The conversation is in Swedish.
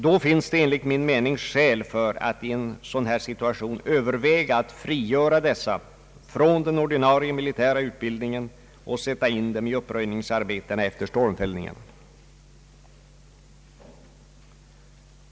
Då är det enligt min mening skäl att i en dylik situation överväga att frigöra dessa från den ordinarie militära utbildningen och sätta in dem i uppröjningsarbetena efter stormfällningen.